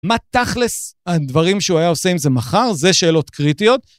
מה תכלס הדברים שהוא היה עושה עם זה מחר, זה שאלות קריטיות